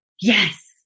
yes